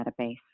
Database